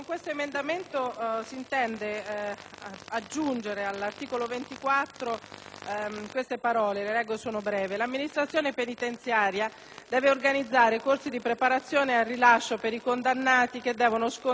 L'amministrazione penitenziaria deve organizzare corsi di preparazione al rilascio per i condannati che devono scontare meno di sei mesi di pena residua.